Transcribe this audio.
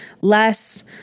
less